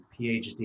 PhD